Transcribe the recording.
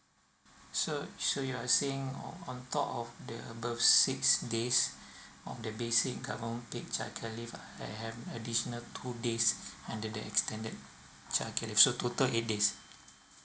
so so you're saying on top of the above six days on the basic government paid which I can leave ah I have additional two days under the extended childcare leave so total eight days